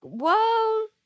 whoa